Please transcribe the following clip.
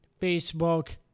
Facebook